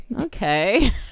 Okay